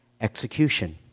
execution